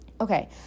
okay